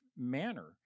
manner